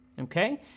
okay